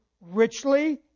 richly